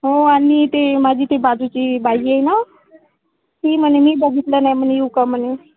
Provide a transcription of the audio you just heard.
हो आणि ते माझी ती बाजूची बाई आहे ना ती म्हणे मी बघितलं नाही म्हणे येऊ का म्हणे